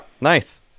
Nice